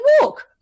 walk